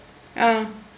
ah